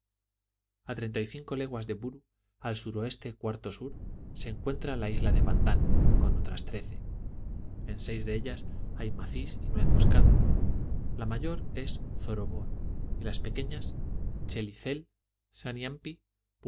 a treinta y cinco leguas de buru al suroeste cuarta sur se encuentra la isla de bandán con otras trece en seis de ellas hay macis y nuez moscada la mayor es zoroboa y las pequeñas chelicel